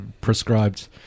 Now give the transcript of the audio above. prescribed